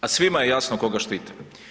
A svima je jasno koga štite.